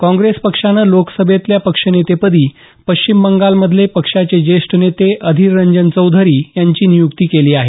काँग्रेस पक्षानं लोकसभेतल्या पक्षनेतेपदी पश्चिम बंगाल मधले पक्षाचे ज्येष्ठ नेते अधीर रंजन चौधरी यांची नियुक्ती केली आहे